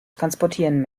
transportieren